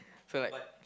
so like